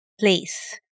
place